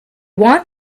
want